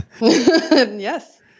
Yes